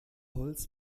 holz